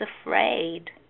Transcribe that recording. afraid